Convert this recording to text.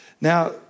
Now